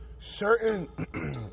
Certain